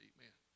Amen